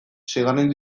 seigarren